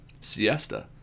siesta